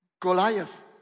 Goliath